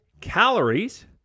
calories